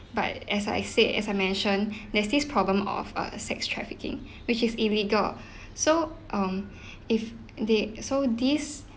but as I said as I mentioned there's this problem of err sex trafficking which is illegal so um if they so this